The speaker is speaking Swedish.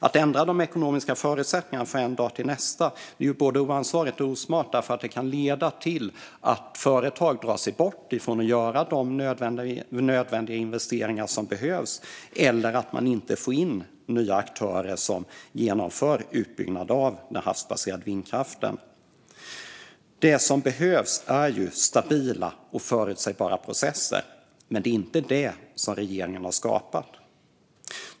Att ändra de ekonomiska förutsättningarna från en dag till nästa är både oansvarigt och osmart därför att det kan leda till att företag drar sig för att göra de nödvändiga investeringar som behövs eller att man inte får in nya aktörer som genomför utbyggnad av den havsbaserade vindkraften. Det som behövs är stabila och förutsägbara processer. Men det är inte det som regeringen har skapat.